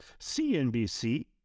CNBC